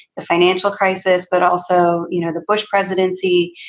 the financial crisis, but also you know the bush presidency,